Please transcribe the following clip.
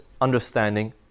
understanding